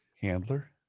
handler